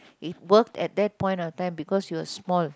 it worked at that point of time because you were small